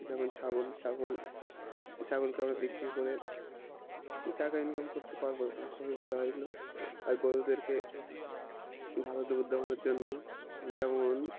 যেমন ছাগল ছাগল ছাগলকে আমরা বিক্রি করে টাকা ইনকাম করতে পারবো এ খুবই ভালো হয় এগুলো আর গরুদেরকে ভালো দুধ দেওয়ানোর জন্য যেমন